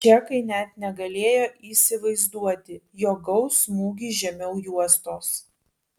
čekai net negalėjo įsivaizduoti jog gaus smūgį žemiau juostos